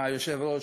היושב-ראש,